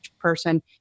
person